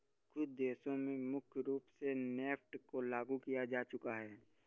कुछ देशों में मुख्य रूप से नेफ्ट को लागू किया जा चुका है